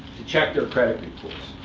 to check their credit reports.